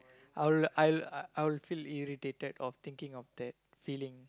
I'll I'll I'll feel irritated of thinking of that feeling